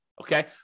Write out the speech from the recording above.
Okay